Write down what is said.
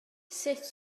sut